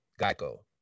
Geico